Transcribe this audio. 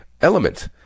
element